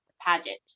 pageant